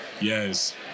Yes